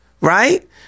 Right